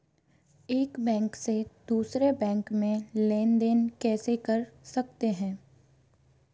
एक बैंक से दूसरे बैंक में लेनदेन कैसे कर सकते हैं?